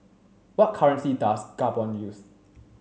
what currency does Gabon use